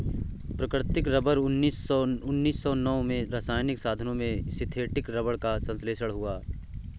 प्राकृतिक रबर उन्नीस सौ नौ में रासायनिक साधनों से सिंथेटिक रबर का संश्लेषण हुआ